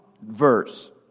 verse